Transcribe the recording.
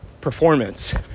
performance